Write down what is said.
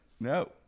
no